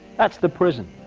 that's the prison.